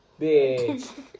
Bitch